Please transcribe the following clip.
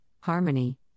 harmony